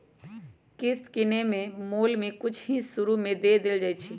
किस्त किनेए में मोल के कुछ हिस शुरू में दे देल जाइ छइ